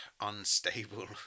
unstable